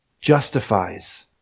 justifies